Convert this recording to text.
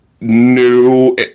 new